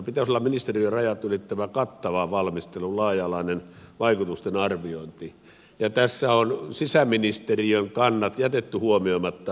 pitäisi olla ministeriön rajat ylittävä kattava valmistelu laaja alainen vaikutusten arviointi ja tässä on sisäministeriön kannat jätetty huomioimatta